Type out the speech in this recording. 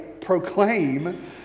proclaim